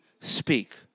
speak